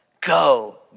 Go